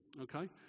okay